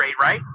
right